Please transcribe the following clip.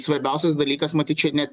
svarbiausias dalykas matyt čia ne